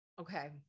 Okay